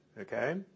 okay